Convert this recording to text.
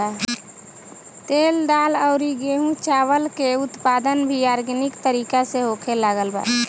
तेल, दाल अउरी गेंहू चावल के उत्पादन भी आर्गेनिक तरीका से होखे लागल बा